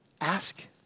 Ask